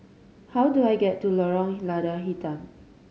how do I get to Lorong Lada Hitam